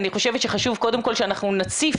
אני חושבת שחשוב קודם כל שאנחנו נציף